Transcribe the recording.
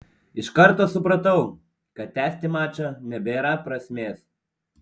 iš karto supratau kad tęsti mačo nebėra prasmės